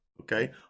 okay